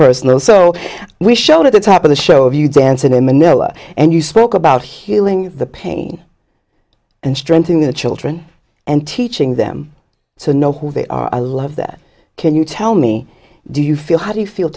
personal so we showed at the top of the show if you dancin in manila and you spoke about healing the pain and strength in the children and teaching them to know who they are i love that can you tell me do you feel how do you feel